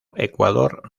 ecuador